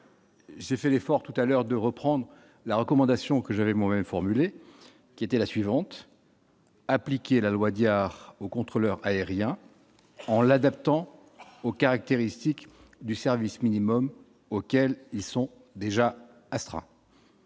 j'ai fait l'effort tout à l'heure de reprendre la recommandation que j'allais mourir formulée, qui était la suivante. Appliquer la loi Diard au contrôleur aérien en l'adaptant aux caractéristiques du service minimum auquel ils sont déjà Astra.